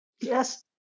Yes